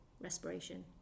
respiration